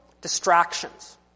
distractions